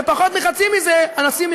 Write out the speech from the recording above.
ובפחות מחצי מזה הנשיא,